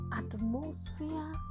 atmosphere